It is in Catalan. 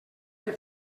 que